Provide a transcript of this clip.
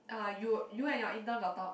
ah you you and your intern got talk